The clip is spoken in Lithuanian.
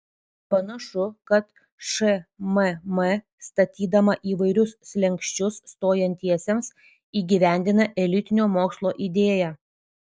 panašu kad šmm statydama įvairius slenksčius stojantiesiems įgyvendina elitinio mokslo idėją